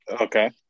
Okay